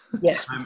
Yes